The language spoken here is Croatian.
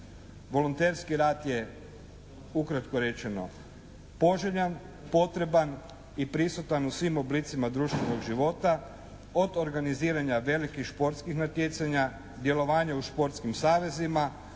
Volonterski rad je ukratko rečeno poželjan, potreban i prisutan u svim oblicima društvenog života od organiziranja velikih športskih natjecanja, djelovanja u športskim savezima,